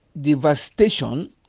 devastation